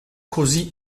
così